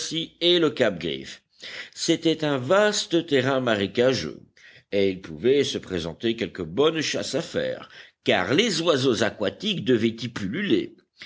et le cap griffe c'était un vaste terrain marécageux et il pouvait se présenter quelque bonne chasse à faire car les oiseaux aquatiques devaient y pulluler